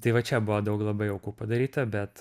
tai va čia buvo daug labai aukų padaryta bet